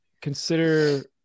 consider